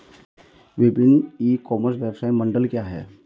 विभिन्न e commerce व्यवसाय model क्या हैं?